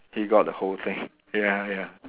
he got the whole thing ya ya